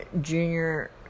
Junior